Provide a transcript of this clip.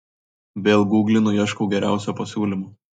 vėl guglinu ieškau geriausio pasiūlymo